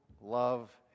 love